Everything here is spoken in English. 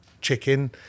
chicken